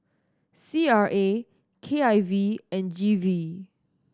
C R A K I V and G V